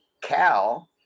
Cal